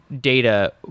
data